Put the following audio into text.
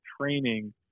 training